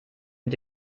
mit